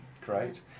great